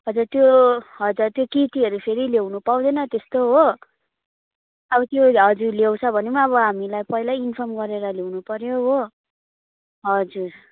हजुर त्यो हजुर त्यो फेरि केटीहरू फेरि ल्याउन पाउँदैन त्यस्तो हो अब त्यो हजुर केटीहरू ल्याउँछ भने पनि अब हामीलाईं पहिल्यै इन्फर्म गरेर ल्याउनु पऱ्यो हो हजुर